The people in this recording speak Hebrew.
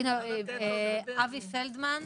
הינה, אפי פלדמן.